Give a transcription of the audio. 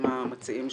אלה מציעי הדיון.